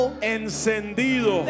encendido